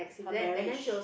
her marriage